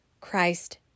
Christ